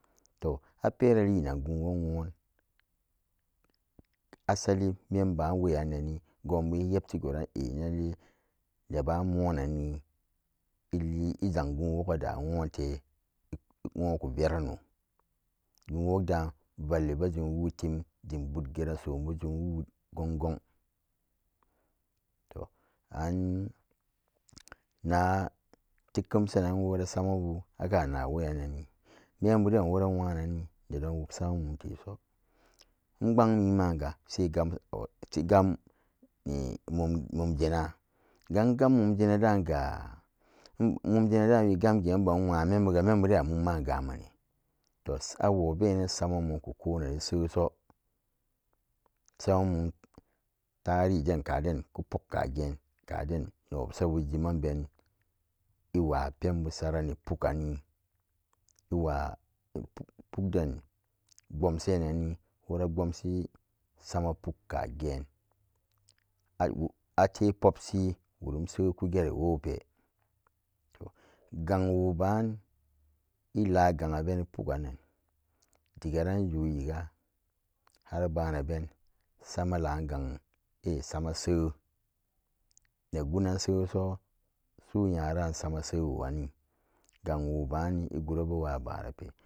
To akalinen gunwok nyon asalin menban wenanni gubu minbti goran a lalla nebamu nanni ili izan guwogan wonte iwonko venrano gunwok danvalli ben woti de bot geran sumbu gun gun to an. nati kemsa nan wora samabu gba na weyannani menbu dan wora nxwa nannani nedon wok sama mum tese inbgamim ga sai gam tigammun sena gan munjena dannan ga mumjena we gamgan imba nywa membu dan amuma gaman te awobenan sama mum kuyi konanan so sama tari hiden ko puk ka gen newabsabu iwa pen bu sarani iwa puk den gbumshe nane gbam shi sama pula kagen awo ate pukshi suku gera wope gan woban ilagan abeni puk gan nan dageran juyiga har banarben sama lanne a same ze ne gunan seso so nyaran sama se iwo hanan ganwo bani igura abaru